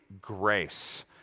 grace